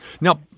Now